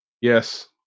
Yes